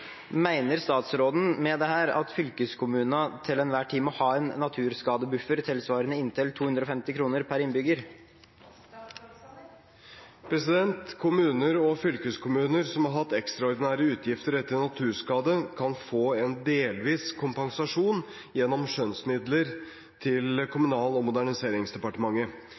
statsråden med dette at fylkeskommunene til enhver tid må ha en naturskadebuffer tilsvarende inntil 250 kr pr. innbygger?» Kommuner og fylkeskommuner som har hatt ekstraordinære utgifter etter naturskade, kan få en delvis kompensasjon gjennom skjønnsmidlene til Kommunal- og moderniseringsdepartementet.